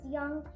Young